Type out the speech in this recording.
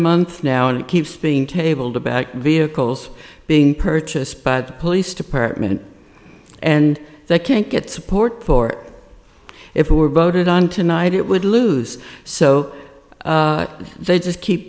month now and it keeps being tabled about vehicles being purchased by the police department and they can't get support for if it were voted on tonight it would lose so they just keep